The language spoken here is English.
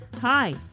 Hi